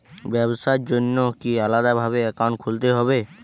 ব্যাবসার জন্য কি আলাদা ভাবে অ্যাকাউন্ট খুলতে হবে?